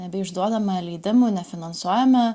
nebeišduodame leidimų nefinansuojame